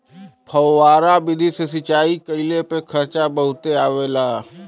फौआरा विधि से सिंचाई कइले पे खर्चा बहुते आवला